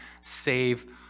save